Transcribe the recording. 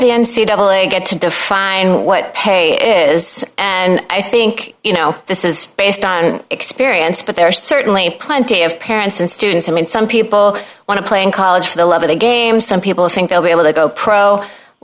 a double it get to define what pay is and i think you know this is based on experience but there are certainly plenty of parents and students i mean some people want to play in college for the love of the game some people think they'll be able to go pro